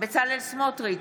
בצלאל סמוטריץ'